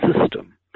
system